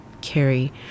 carry